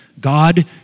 God